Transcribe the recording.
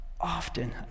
often